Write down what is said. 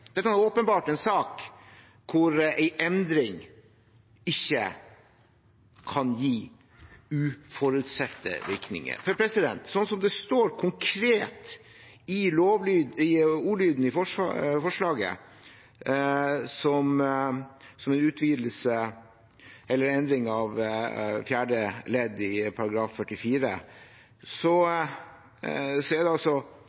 Dette er åpenbart en sak hvor en endring ikke kan gi uforutsette virkninger, for i ordlyden i forslaget til endring av fjerde ledd i § 44 står det altså slik: «Ved særlig stor gjentagelsesfare for alvorlige lovbrudd , kan retten beslutte at ny slik sak ikke kan begjæres før det